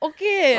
Okay